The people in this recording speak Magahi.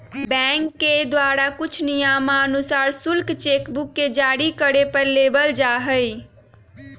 बैंक के द्वारा कुछ नियमानुसार शुल्क चेक बुक के जारी करे पर लेबल जा हई